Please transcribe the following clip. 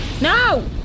no